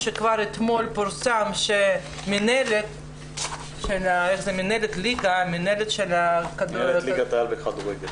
שכבר אתמול מינהלת ליגת העל בכדורגל